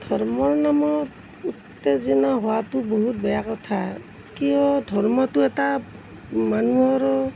ধৰ্মৰ নামত উত্তেজনা হোৱাতো বহুত বেয়া কথা কিয় ধৰ্মটো এটা মানুহৰ